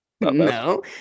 No